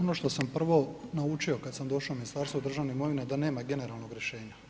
Ono što sam prvo naučio kada sam došao u Ministarstvo državne imovine je da nema generalnog rješenja.